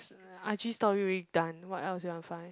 i_g story already done what else you want to find